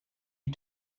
you